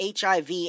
HIV